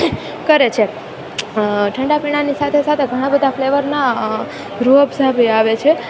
કરે છે ઠંડા પીણાંની સાથે સાથે ઘણા બધા ફ્લેવરના રૂઅબઝા બી આવે છે